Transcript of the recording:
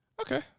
Okay